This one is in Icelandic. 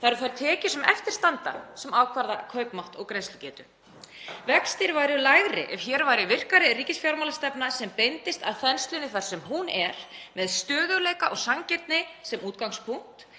Það eru þær tekjur sem eftir standa sem ákvarða kaupmátt og greiðslugetu. Vextir væru lægri ef hér væri virkari ríkisfjármálastefna sem beindist að þenslunni þar sem hún er, með stöðugleika og sanngirni sem útgangspunkt.